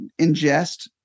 ingest